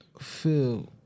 feel